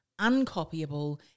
uncopyable